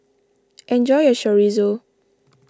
enjoy your Chorizo